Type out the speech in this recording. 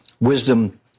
wisdom